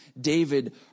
David